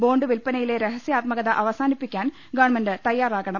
bond വിൽപനയിലെ രഹസ്യാത്മകത അവസാനിപ്പിക്കാൻ ഗവൺമെന്റ് തയ്യാറാകണം